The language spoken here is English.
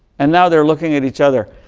and now, they're looking at each other.